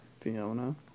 Fiona